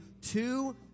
two